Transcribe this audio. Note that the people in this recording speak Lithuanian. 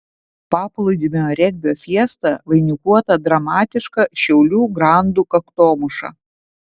paplūdimio regbio fiesta vainikuota dramatiška šiaulių grandų kaktomuša